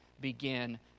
begin